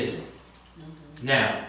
now